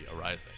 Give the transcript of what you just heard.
arising